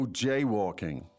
jaywalking